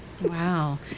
Wow